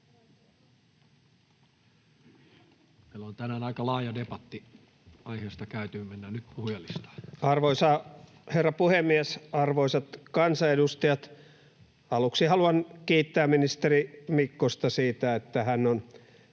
Meillä on tänään aika laaja debatti aiheesta käyty, mennään nyt puhujalistaan. Arvoisa herra puhemies! Arvoisat kansanedustajat! Aluksi haluan kiittää ministeri Mikkosta siitä, että hän on